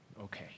okay